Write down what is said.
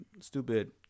stupid